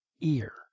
ear